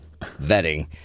vetting